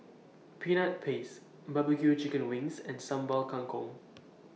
Peanut Paste Barbecue Chicken Wings and Sambal Kangkong